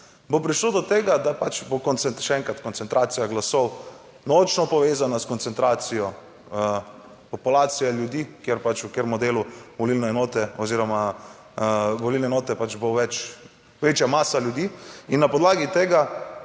bo prišlo do tega, da pač bo še enkrat koncentracija glasov močno povezana s koncentracijo populacije ljudi, kjer pač, v katerem delu volilne enote oziroma volilne enote, pač bo več, večja masa ljudi in na podlagi tega